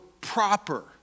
proper